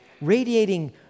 radiating